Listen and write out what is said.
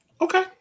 Okay